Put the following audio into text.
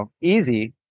easy